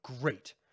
great